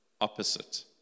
opposite